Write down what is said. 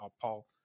paul